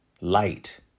light